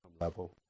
level